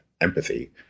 empathy